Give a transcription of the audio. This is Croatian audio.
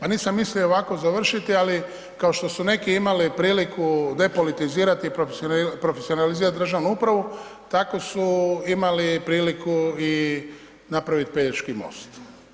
Pa nisam mislio ovako završiti ali kao što su neki imali priliku depolitizirati i profesionalizirati državnu upravu, tako su imali priliku i napraviti Pelješki most